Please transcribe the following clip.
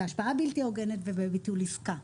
השפעה בלתי הוגנת וביטול עסקה.